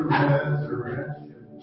resurrection